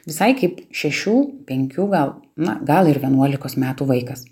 visai kaip šešių penkių gal na gal ir vienuolikos metų vaikas